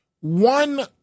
One